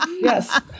Yes